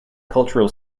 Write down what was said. cultural